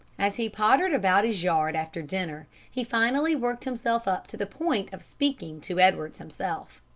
as he pottered about his yard after dinner, he finally worked himself up to the point of speaking to edwards himself.